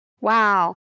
Wow